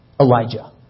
Elijah